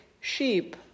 sheep